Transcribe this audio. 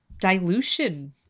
dilution